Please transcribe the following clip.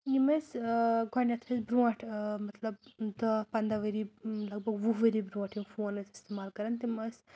یِم اَسہِ گۄڈٕنٮ۪تھ ٲسۍ برٛونٛٹھ مطلب داہ پنٛداہ ؤری لگ بگ وُہ ؤری برٛونٛٹھ یِم فون ٲسۍ استعمال کران تِم ٲسۍ